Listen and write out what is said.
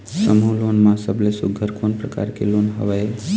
समूह लोन मा सबले सुघ्घर कोन प्रकार के लोन हवेए?